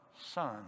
son